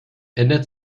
ändert